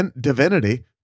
divinity